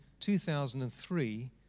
2003